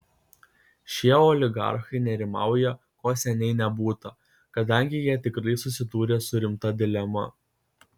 šie oligarchai nerimauja ko seniai nebūta kadangi jie tikrai susidūrė su rimta dilema